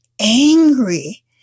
angry